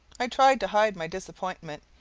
i tried to hide my disappointment,